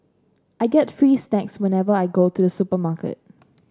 I get free snacks whenever I go to the supermarket